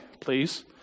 please